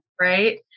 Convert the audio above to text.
right